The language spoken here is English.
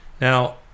Now